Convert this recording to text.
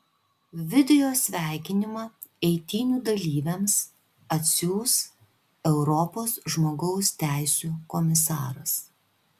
video sveikinimą eitynių dalyviams atsiųs europos žmogaus teisių komisaras